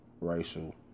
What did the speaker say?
racial